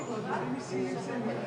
עניינים פיזיים,